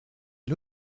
est